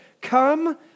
Come